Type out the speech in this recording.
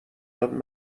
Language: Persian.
یاد